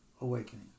awakening